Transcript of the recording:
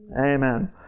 Amen